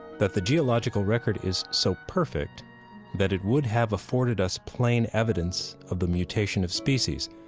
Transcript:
that the geological record is so perfect that it would have afforded us plain evidence of the mutation of species.